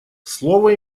слово